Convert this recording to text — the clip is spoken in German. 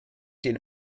den